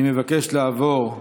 אני מבקש לעבור,